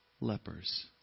lepers